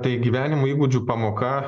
tai gyvenimo įgūdžių pamoka